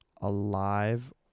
alive